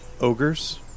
ogres